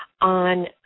on